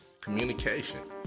Communication